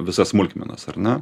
visas smulkmenas ar ne